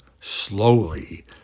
slowly